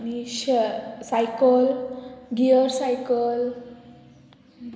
आनी श cycle gear cycle